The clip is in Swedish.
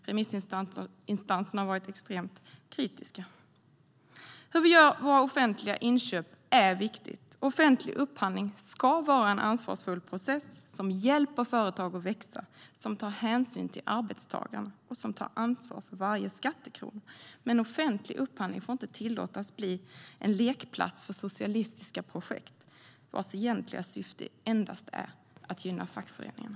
Remissinstanserna har varit extremt kritiska. Hur vi gör våra offentliga inköp är viktigt. Offentlig upphandling ska vara en ansvarsfull process som hjälper företag att växa, som tar hänsyn till arbetstagarna och som tar ansvar för varje skattekrona. Offentlig upphandling får inte tillåtas att bli en lekplats för socialistiska projekt, vars egentliga syfte endast är att gynna fackföreningarna.